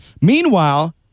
Meanwhile